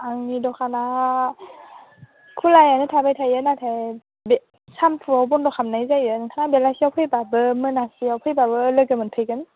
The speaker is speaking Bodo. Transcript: आंनि दखाना खुलायानो थाबाय थायो नाथाय बे सानसुआव बन्द खालामनाय जायो नोंथाङा बेलासियाव फैब्लाबो मोनासेयावबो लोगो मोनफैगोन